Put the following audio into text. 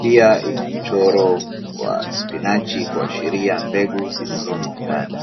pia ina mchoro wa spinachi kuashiria mbegu zilizomo ndani.